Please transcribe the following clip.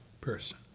person